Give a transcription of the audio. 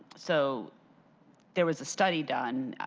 so there was a study done,